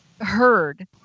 heard